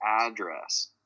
address